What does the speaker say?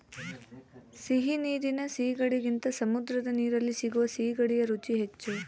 ಸಿಹಿ ನೀರಿನ ಸೀಗಡಿಗಿಂತ ಸಮುದ್ರದ ನೀರಲ್ಲಿ ಸಿಗುವ ಸೀಗಡಿಯ ರುಚಿ ಹೆಚ್ಚು